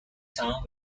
town